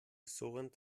surrend